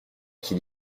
qu’il